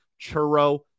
churro